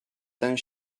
ten